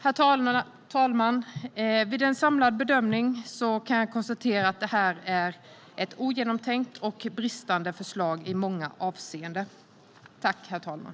Herr talman! Vid en samlad bedömning kan jag konstatera att detta är ett ogenomtänkt och bristande förslag i många avseenden.